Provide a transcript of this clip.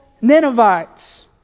Ninevites